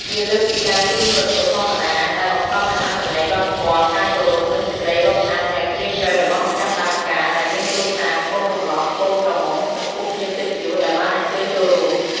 វាលើសពីការជូនវត្ថុធម្មតា តែបង្កប់នូវអត្ថន័យ វប្បធម៌ ការគោរព និងសេចក្តីរាប់អានយ៉ាងជ្រាលជ្រៅរបស់ម្ចាស់ដើមការ ដែលមានគ្រួសារកូនកំលោះ កូនក្រមុំ ចំពោះភ្ញៀវកិត្តិយសដែលបានអញ្ជើញចូលរួម។